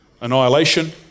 annihilation